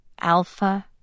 Alpha